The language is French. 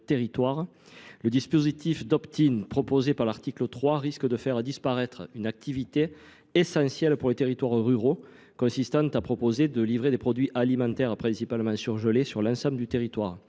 territoires. Le dispositif d'optin proposé par l'article 3 risque de faire disparaître une activité essentielle pour les territoires ruraux, consistant à proposer de livrer des produits alimentaires, principalement surgelés, sur l'ensemble du territoire.